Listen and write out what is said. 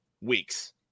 weeks